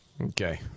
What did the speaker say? Okay